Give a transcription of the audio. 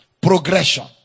progression